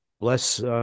Bless